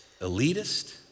elitist